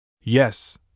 Yes